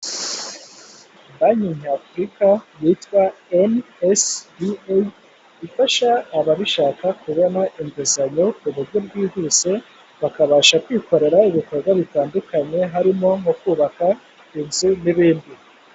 Banki nyafurika yitwa Enisibi eyi ifasha ababishaka kubona inguzanyo ku buryo bwihuse bakabasha kwikorera ibikorwa bitandukanye harimo nko kubaka inzu n'ibindi.